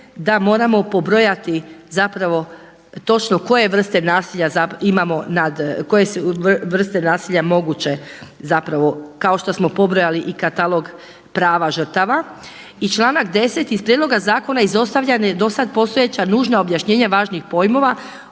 da moramo pobrojati zapravo točno koje vrste nasilja imamo nad, koje su vrste nasilja moguće zapravo kao što smo pobrojali i katalog prava žrtava. I članak 10., iz prijedloga zakona izostavljena je postojeća nužna objašnjenja važnih pojmova